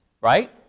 Right